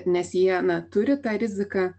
nes jie na turi tą riziką